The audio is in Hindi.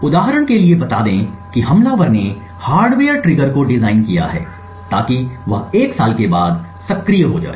उदाहरण के लिए बता दें कि हमलावर ने हार्डवेयर ट्रिगर को डिज़ाइन किया है ताकि वह एक साल के बाद सक्रिय हो जाए